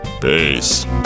peace